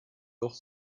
doch